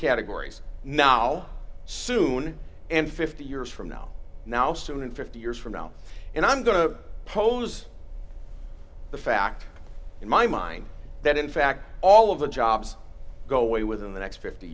categories now soon and fifty years from now now soon fifty years from now and i'm going to pose the fact in my mind that in fact all of the jobs go away within the next fifty